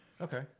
Okay